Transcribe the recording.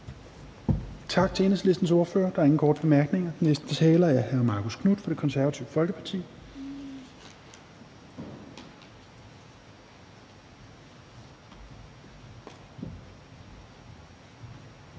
Tak til Enhedslistens ordfører. Der er ingen korte bemærkninger. Den næste taler er hr. Marcus Knuth fra Det Konservative Folkeparti.